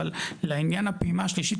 אבל לעניין הפעימה השלישית,